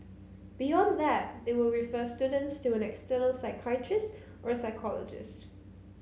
beyond that they will refer students to an external psychiatrist or psychologist